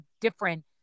different